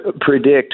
predict